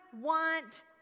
want